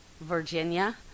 Virginia